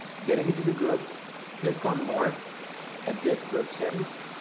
getting it to the group click on more adept group settings